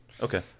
Okay